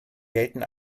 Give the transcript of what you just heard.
gelten